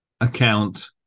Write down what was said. account